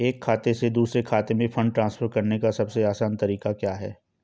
एक खाते से दूसरे खाते में फंड ट्रांसफर करने का सबसे आसान तरीका क्या है?